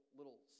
little